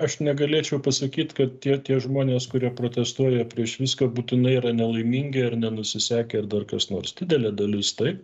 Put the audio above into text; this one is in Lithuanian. aš negalėčiau pasakyt kad tie tie žmonės kurie protestuoja prieš viską būtinai yra nelaimingi ar nenusisekę ar dar kas nors didelė dalis taip